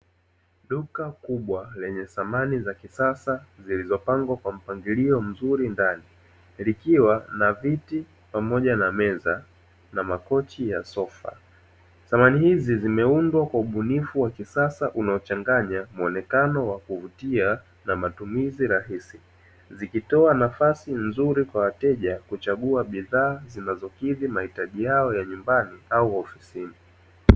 Duka kubwa lenye Samani za kisasa zilizopangwa kwa mpangilioa mzuri ndani, likiwa na viti pamoja na meza na makochi ya sofa. Samani hizi zimeundwa kwa ubunifu wa kisasa unaochanganya muonekano wa kuvutia na matumizi rahisi zikitoa nafasi nzuri kwa wateja kuchagua bidhaa zinazokidhi mahitaji yao ya nyumbani au ofisini.